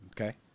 Okay